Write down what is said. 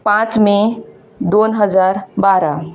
पांच मे दोन हजार बारा